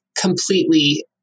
completely